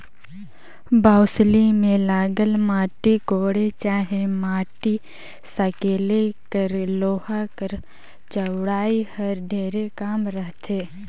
बउसली मे लगल माटी कोड़े चहे माटी सकेले कर लोहा कर चउड़ई हर ढेरे कम रहथे